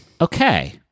Okay